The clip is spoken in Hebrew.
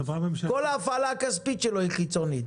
כל ההפעלה הכספית שלו היא חיצונית.